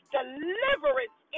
deliverance